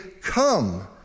come